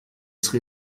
sri